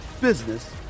business